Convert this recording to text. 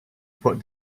put